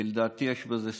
כי לדעתי יש בזה סיכון.